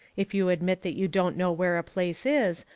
if you admit that you don't know where a place is,